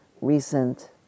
recent